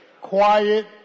Quiet